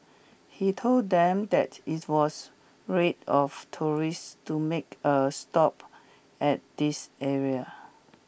he told them that it was raid of tourists to make a stop at this area